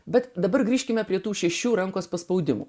bet dabar grįžkime prie tų šešių rankos paspaudimų